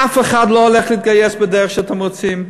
אף אחד לא הולך להתגייס בדרך שאתם רוצים,